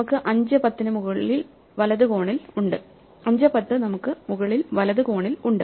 നമുക്ക് 5 10 മുകളിൽ വലത് കോണിൽ ഉണ്ട്